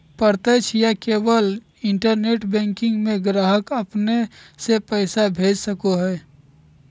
प्रत्यक्ष या केवल इंटरनेट बैंकिंग में ग्राहक अपने से पैसा भेज सको हइ